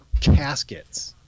caskets